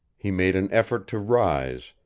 he made an effort to rise,